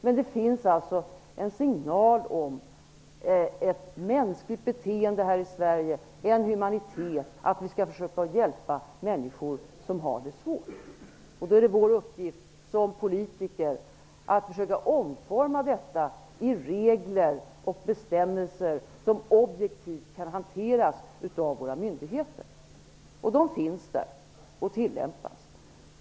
Men det finns alltså en signal om ett mänskligt beteende här i Sverige, om en humanitet -- vi skall försöka hjälpa människor som har det svårt. Då är det en uppgift för oss som politiker att försöka omforma detta i regler och bestämmelser som objektivt kan hanteras av våra myndigheter -- och de finns där och tillämpas.